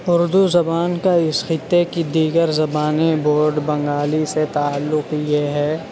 اردو زبان کا اس خطے کی دیگر زبانیں بورڈ بنگالی سے تعلق یہ ہے